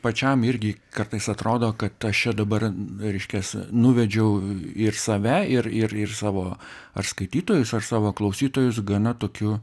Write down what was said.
pačiam irgi kartais atrodo kad aš čia dabar reiškias nuvedžiau ir save ir ir ir savo ar skaitytojus ar savo klausytojus gana tokiu